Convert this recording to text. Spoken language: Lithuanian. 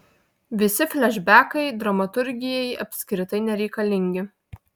visi flešbekai dramaturgijai apskritai nereikalingi